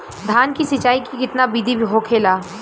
धान की सिंचाई की कितना बिदी होखेला?